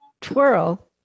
twirl